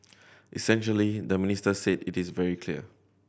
essentially the minister said it is very clear